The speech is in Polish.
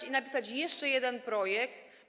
I napisać jeszcze jeden projekt.